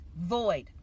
void